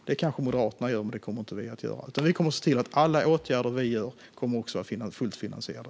Det gör kanske Moderaterna, men det kommer vi inte att göra. Vi kommer att se till att alla åtgärder vi vidtar också är fullt finansierade.